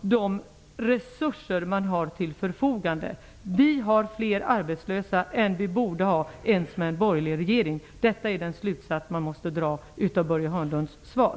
de resurser som står till förfogande. Vi har fler arbetslösa än vi borde ha, t.o.m. med en borgerlig regering. Detta är den slutsats som måste dras av Börje Hörnlunds svar.